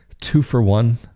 two-for-one